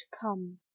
come